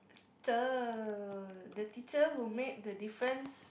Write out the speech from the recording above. cher the teacher who made the difference